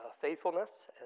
faithfulness